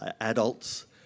adults